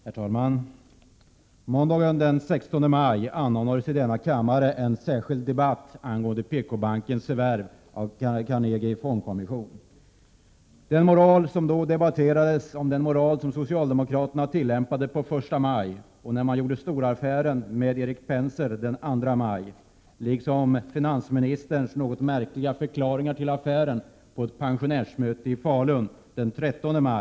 Herr talman! Måndagen den 16 maj anordnades i denna kammare en särskild debatt angående PKbankens förvärv av Carnegie Fondkommission. Då debatterades den moral som socialdemokraterna tillämpade den 1 maj och den moral man tillämpade den 2 maj, när man gjorde storaffären med Erik Penser, samt de något märkliga förklaringar till affären som finansministern gav på ett pensionärsmöte i Falun den 13 maj.